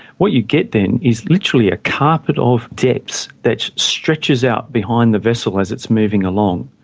what you get then is literally a carpet of depths that stretches out behind the vessel as it's moving along.